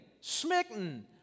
smitten